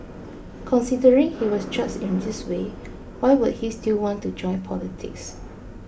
considering he was judged in this way why would he still want to join politics